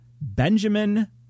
Benjamin